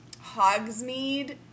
Hogsmeade